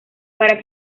para